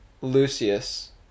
Lucius